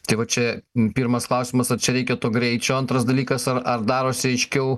tai va čia pirmas klausimas ar čia reikia to greičio antras dalykas ar ar darosi aiškiau